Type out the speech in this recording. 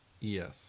Yes